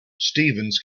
stevens